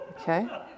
Okay